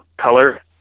color